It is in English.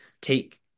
take